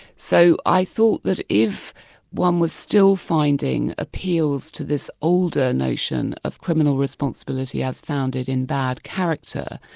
so i thought that if one was still finding appeals to this older notion of criminal responsibility as founded in bad character,